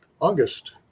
August